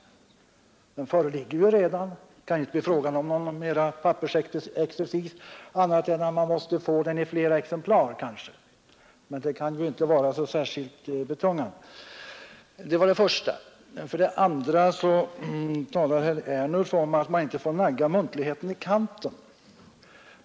Den föreligger redan. Då kan det väl inte bli någon ytterligare pappersexercis — åtminstone inte i annan mån än att man kanske måste framställa flera exemplar av handlingen, men det kan inte vara särskilt betungande. Mitt andra bemötande gäller herr Ernulfs uttalande att man inte får nagga muntligheten i kanten.